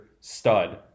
stud